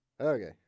Okay